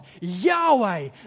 Yahweh